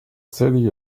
city